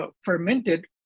fermented